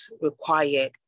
required